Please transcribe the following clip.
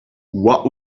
what